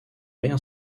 rien